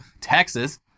Texas